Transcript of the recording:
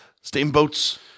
steamboats